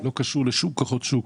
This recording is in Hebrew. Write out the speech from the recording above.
לא קשור לשום כוחות שוק,